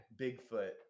bigfoot